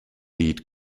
lead